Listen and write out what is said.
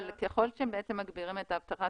ככל שמגבירים את האבטחה,